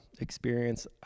experience